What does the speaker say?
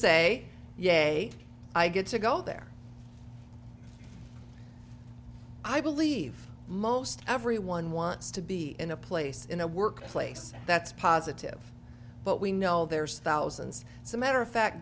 yay i get to go there i believe most everyone wants to be in a place in a workplace that's positive but we know there's thousands it's a matter of fact